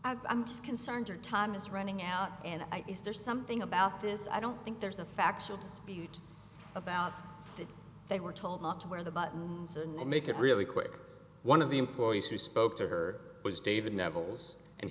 ice i'm just concerned your time is running out and is there something about this i don't think there's a factual dispute about that they were told not to wear the buttons and make it really quick one of the employees who spoke to her was david nevels and